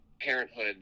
parenthood